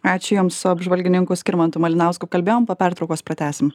ačiū jums su apžvalgininku skirmantu malinausku kalbėjom po pertraukos pratęsim